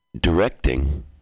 directing